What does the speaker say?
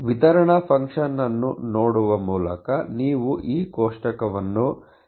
ವಿತರಣಾ ಫಂಕ್ಷನ್ ಅನ್ನು ನೋಡುವ ಮೂಲಕ ನೀವು ಈ ಕೋಷ್ಟಕವನ್ನು ಬದಲು ಮಾಡುತ್ತಾ ಇರುತ್ತೀರಿ